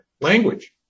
Language